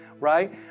Right